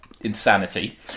insanity